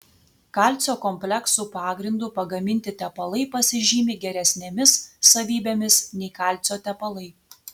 kalcio kompleksų pagrindu pagaminti tepalai pasižymi geresnėmis savybėmis nei kalcio tepalai